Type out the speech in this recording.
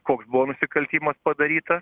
koks buvo nusikaltimas padarytas